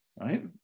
right